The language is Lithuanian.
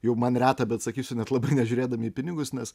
jau man reta bet sakysiu net labai nežiūrėdami į pinigus nes